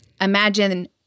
imagine